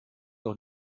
doch